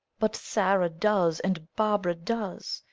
but sarah does and barbara does.